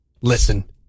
Listen